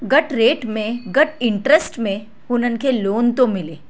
घटि रेट में घटि इंटरस्ट में उन्हनि खे लोन थो मिले